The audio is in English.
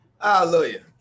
Hallelujah